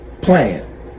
plan